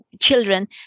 children